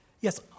Yes